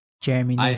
Jeremy